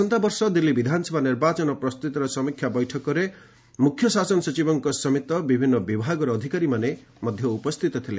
ଆସନ୍ତା ବର୍ଷ ଦିଲ୍ଲୀ ବିଧାନସଭା ନିର୍ବାଚନ ପ୍ରସ୍ତୁତିର ସମୀକ୍ଷା ବୈଠକରେ ମୁଖ୍ୟ ଶାସନ ସଚିବଙ୍କ ସମେତ ବିଭିନ୍ନ ବିଭାଗର ଅଧିକାରୀମାନେ ମଧ୍ୟ ଉପସ୍ଥିତ ଥିଲେ